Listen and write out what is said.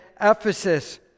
Ephesus